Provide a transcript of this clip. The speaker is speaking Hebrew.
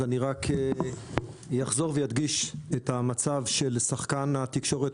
רק אחזור ואדגיש את המצב של שחקן התקשורת